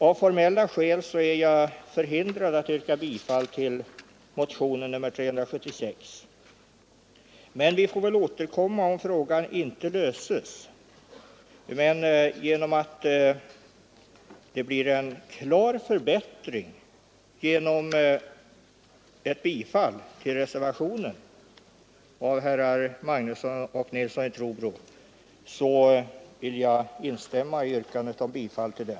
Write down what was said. Av formella skäl är jag förhindrad att yrka bifall till motionen 376, men vi får väl återkomma om frågan inte löses. Eftersom det blir en klar förbättring genom ett bifall till reservationen av herrar Magnusson i Borås och Nilsson i Trobro, vill jag instämma i yrkandet om bifall till den.